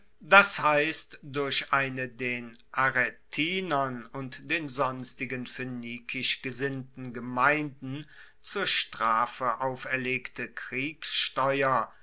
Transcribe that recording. das heisst durch eine den arretinern und den sonstigen phoenikisch gesinnten gemeinden zur strafe auferlegte